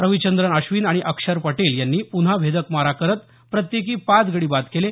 रविचंद्रन अश्विन आणि अक्षर पटेल यांनी पुन्हा भेदक मारा करत प्रत्येकी पाच गडी बाद केले